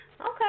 okay